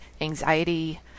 anxiety